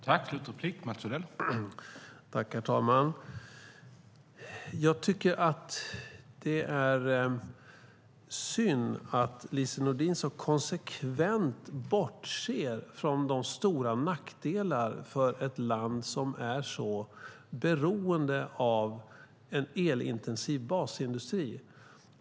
Herr talman! Jag tycker att det är synd att Lise Nordin i de alternativ hon erbjuder när hon snabbt vill avveckla kärnkraften så konsekvent bortser från de stora nackdelarna för ett land som är så beroende av en elintensiv basindustri.